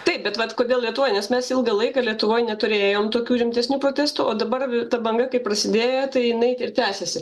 taip bet vat kodėl lietuvoj nes mes ilgą laiką lietuvoj neturėjom tokių rimtesnių protestų o dabar ta banga kaip prasidėjo tai jinai ir tęsiasi